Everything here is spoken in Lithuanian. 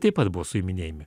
taip pat buvo suiminėjami